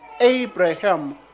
Abraham